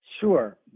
Sure